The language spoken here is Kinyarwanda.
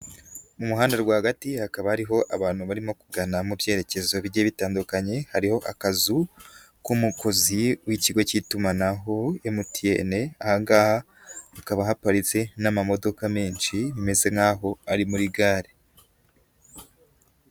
Mu muhanda rwagati hakaba ari abantu barimo kugana mu byerekezo bigiyebitandukanye, hariho akazu k'umukozi w'ikigo cy'itumanaho MTN, aha ngaha hakaba haparitse n'amamodoka menshi, bimezenk'aho ari muri gare.